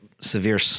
severe